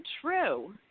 true